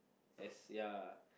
as ya